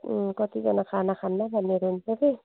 उम् कतिजना खाना खान्न भन्नेहरू हुन्छ कि